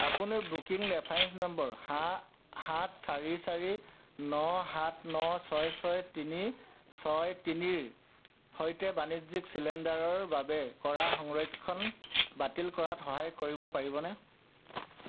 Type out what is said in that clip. আপুনি booking reference নম্বৰ সা সাত চাৰি চাৰি ন সাত ন ছয় ছয় তিনি ছয় তিনিৰ সৈতে বাণিজ্যিক চিলিণ্ডাৰৰ বাবে কৰা সংৰক্ষণ বাতিল কৰাত সহায় কৰিব পাৰিবনে